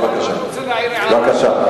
אני רק רוצה להעיר הערה לעניין.